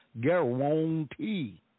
guarantee